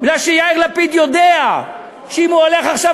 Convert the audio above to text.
כי יאיר לפיד יודע שאם הוא הולך עכשיו